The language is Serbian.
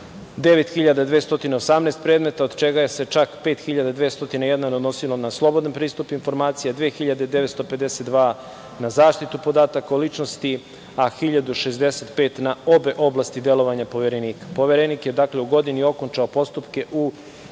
9218 predmeta, od čega se čak 5201 odnosio na slobodan pristup informacijama, 2952 na zaštitu podataka o ličnosti, a 1065 na obe oblasti delovanja Poverenika. Poverenik je dakle, u godini okončao postupke u